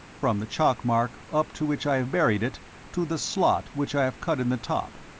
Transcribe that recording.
from the chalk mark up to which i have buried it to the slot which i have cut in the top.